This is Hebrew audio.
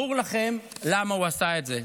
ברור לכם למה הוא עשה את זה.